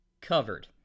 covered